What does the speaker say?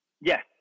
Yes